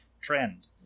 trend